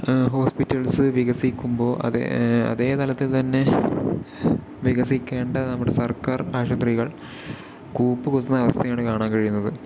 hospitals വികസിപ്പിക്കുമ്പോൾ അതേ തലത്തിൽ തന്നെ വികസിക്കേണ്ട നമ്മുടെ സർക്കാർ ആശുപത്രികൾ കൂപ്പുകുത്തുന്ന അവസ്ഥയാണ് കാണാൻ കഴിയുന്നത്